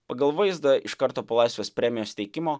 pagal vaizdą iš karto po laisvės premijos teikimo